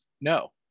no